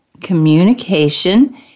communication